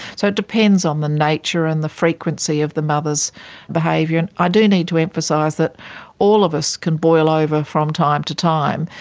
so it depends on the nature and the frequency of the mother's behaviour. i and ah do need to emphasise that all of us can boil over from time to time,